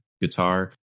guitar